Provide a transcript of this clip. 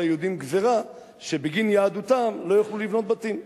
היהודים גזירה שבגין יהדותם לא יוכלו לבנות בתים.